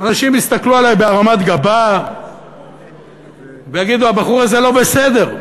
אנשים יסתכלו עלי בהרמת גבה ויגידו: הבחור הזה לא בסדר,